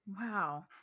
Wow